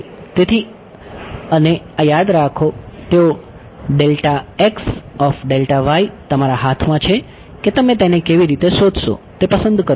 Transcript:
તેથી અને આ યાદ રાખો તેઓ તમારા હાથમાં છે કે તમે તેને કેવી રીતે શોધશો તે પસંદ કરો છો